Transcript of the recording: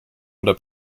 oder